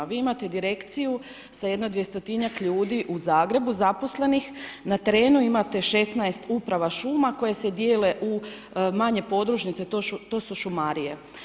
Vi imate direkciju sa jedno 200-tinjak ljudi u Zagrebu zaposlenih, na terenu imate 16 uprava šuma koje se dijele u manje podružnice, to su šumarije.